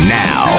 now